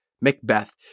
Macbeth